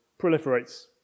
proliferates